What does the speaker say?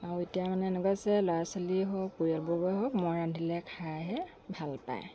আৰু এতিয়া মানে এনেকুৱা হৈছে ল'ৰা ছোৱালী হওঁক পৰিয়ালবৰ্গই হওঁক মই ৰান্ধিলে খাইহে ভাল পায়